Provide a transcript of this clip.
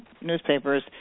newspapers